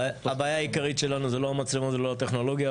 הבעיה העיקרית שלנו זה לא המצלמות ולא הטכנולוגיה.